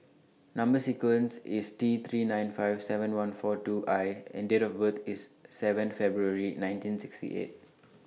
Number sequence IS T three nine five seven one four two I and Date of birth IS seven February nineteen sixty eight